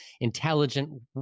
intelligent